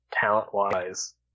talent-wise